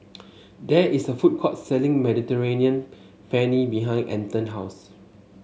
there is a food court selling Mediterranean Penne behind Anton house